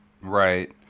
Right